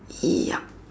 yup